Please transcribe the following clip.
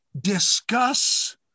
discuss